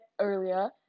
earlier